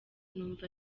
numva